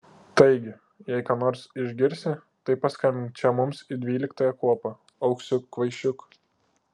taigi jei ką nors išgirsi tai paskambink čia mums į dvyliktąją kuopą auksiuk kvaišiuk